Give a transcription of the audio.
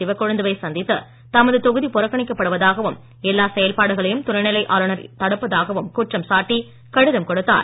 சிவக்கொழுந்துவை சந்தித்து தமது தொகுதி புறக்கணிக்கப் படுவதாகவும் எல்லா செயல்பாடுகளையும் துணைநிலை ஆளுநர் தடுப்பதாகவும் குற்றம் சாட்டி கடிதம் கொடுத்தார்